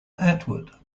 atwood